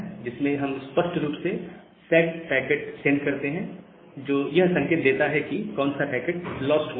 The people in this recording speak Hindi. जिसमें हम स्पष्ट रूप से सैक पैकेट सेंड करते हैं जो यह संकेत देता है कि कौन सा पैकेट लॉस्ट हुआ है